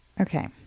Okay